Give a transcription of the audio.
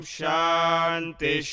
Shanti